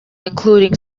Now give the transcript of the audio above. including